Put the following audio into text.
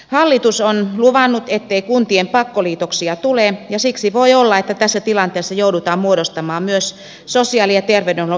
hallitus on luvannut ettei kuntien pakkoliitoksia tule ja siksi voi olla että tässä tilanteessa joudutaan muodostamaan myös sosiaali ja terveydenhuollon yhteistoiminta alueita